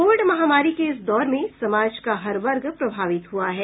Covid महामारी के इस दौर में समाज का हर वर्ग प्रभावित हुआ है